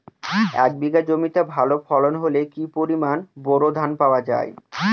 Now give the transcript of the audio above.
এক বিঘা জমিতে ভালো ফলন হলে কি পরিমাণ বোরো ধান পাওয়া যায়?